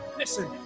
Listen